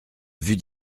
vue